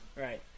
Right